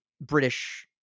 British